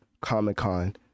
Comic-Con